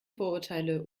vorurteile